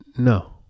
No